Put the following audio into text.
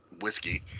whiskey